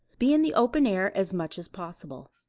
be in the open air as much as possible.